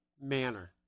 manner